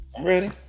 ready